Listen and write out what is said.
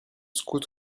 scout